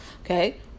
Okay